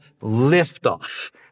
liftoff